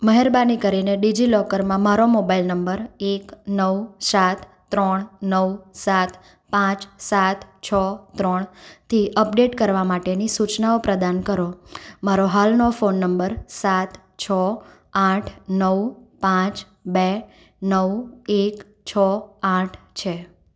મહેરબાની કરીને ડીજીલોકરમાં મારો મોબાઈલ નંબર એક નવ સાત ત્રણ નવ સાત પાંચ સાત છ ત્રણ થી અપડેટ કરવા માટેની સૂચનાઓ પ્રદાન કરો મારો હાલનો ફોન નંબર સાત છો આઠ નવ પાંચ બે નવ એક છ આઠ છે